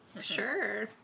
Sure